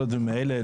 כל הדברים האלה,